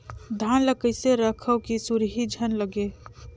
धान ल कइसे रखव कि सुरही झन लगे?